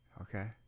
okay